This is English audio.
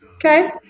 Okay